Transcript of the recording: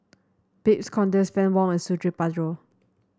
Babes Conde Fann Wong and Suradi Parjo